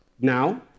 now